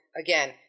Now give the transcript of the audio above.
again